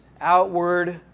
outward